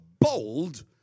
Bold